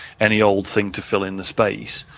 any old thing to fill in the space